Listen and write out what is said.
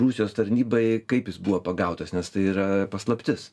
rusijos tarnybai kaip jis buvo pagautas nes tai yra paslaptis